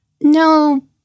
No